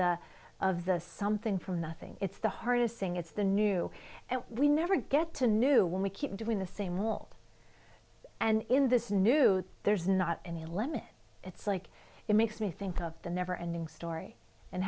the of the something from nothing it's the hardest thing it's the new and we never get to new when we keep doing the same old and in this new there's not any limit it's like it makes me think of the never ending story and